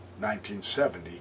1970